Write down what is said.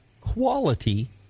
quality